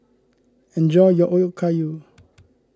enjoy your Okayu